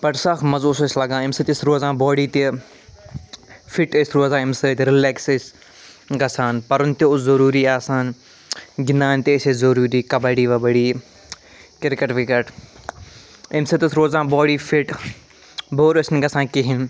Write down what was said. بَڑٕ سَخ مَزٕ اوس اسہِ لَگان اَمہِ سۭتۍ ٲس روزان باڈی تہِ فِٹ ٲسۍ روزان اَمہِ سۭتۍ رٕلیٚکٕس ٲسۍ گژھان پَرُن تہِ اوس ضُروٗری آسان گِنٛدان تہِ ٲسۍ أسۍ ضُروٗری کَبَڈی وَبَڈی کرکٹ وِرکَٹ اَمہِ سۭتۍ ٲس روزان باڑی فِٹ بور ٲسۍ نہٕ گژھان کِہیٖنۍ